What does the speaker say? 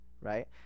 right